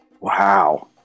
Wow